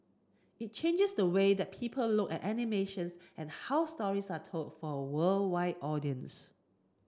it changes the way that people look at animations and how stories are told for a worldwide audience